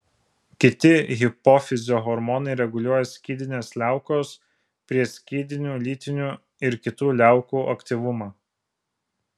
kiti hipofizio hormonai reguliuoja skydinės liaukos prieskydinių lytinių ir kitų liaukų aktyvumą